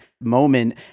moment